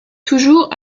toujours